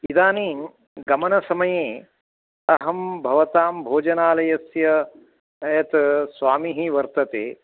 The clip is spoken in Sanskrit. इदानीं गमनसमये अहं भवतां भोजनालयस्य यत् स्वामी वर्तते